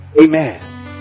Amen